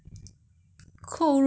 mm